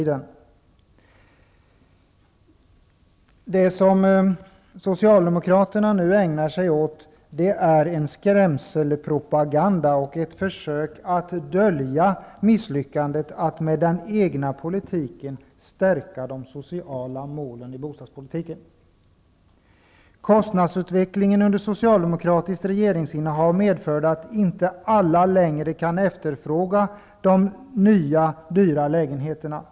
Det som Socialdemokraterna nu ägnar sig åt är en skrämselpropaganda och ett försök att dölja misslyckandet att med den egna politiken stärka de sociala målen i bostadspolitiken. Kostnadsutvecklingen under socialdemokratiskt regeringsinnehav medförde att inte alla längre kan efterfråga de nya dyra lägenheterna.